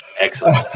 Excellent